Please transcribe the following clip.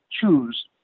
choose